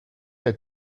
der